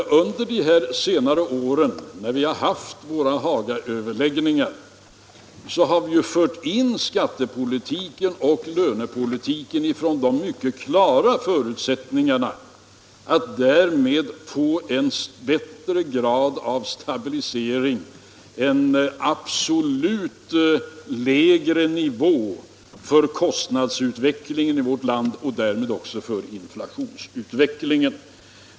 Men när vi under senare år haft våra Hagaöverläggningar har vi ju fört in skattepolitiken och lönepolitiken i det mycket klart uttalade syftet att söka åstadkomma en större grad av stabilitet, en lägre nivå för kostnadsutvecklingen i vårt land och därmed också för inflationsutvecklingen.